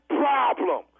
problem